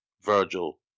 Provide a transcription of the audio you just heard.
Virgil